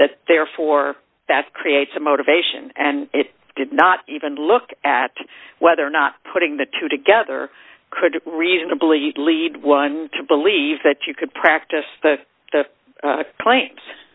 o therefore that creates a motivation and it did not even look at whether or not putting the two together could reasonably lead one to believe that you could practice the cla